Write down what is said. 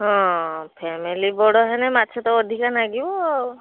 ହଁ ଫେମିଲି ବଡ଼ ହେନେ ମାଛ ତ ଅଧିକା ନାଗିବ ଆଉ